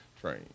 train